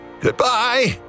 Goodbye